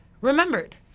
remembered